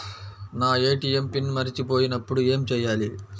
నా ATM PIN మరచిపోయినప్పుడు ఏమి చేయాలి?